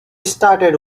started